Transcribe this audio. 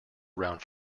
around